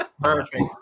Perfect